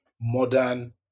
modern